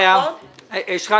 שרגא,